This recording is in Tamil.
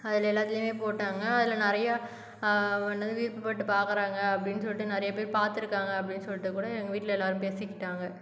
அதில் எல்லாத்துலேயுமே போட்டாங்க அதில் நிறையா என்னது விருப்பப்பட்டு பார்க்குறாங்க அப்படினு சொல்லிவிட்டு நிறையா பேர் பார்த்துருக்காங்க அப்படினு சொல்லிவிட்டு கூட எங்கள் வீட்டில் எல்லாேரும் பேசிக்கிட்டாங்க